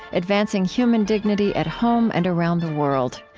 advancing human dignity at home and around the world.